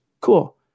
Cool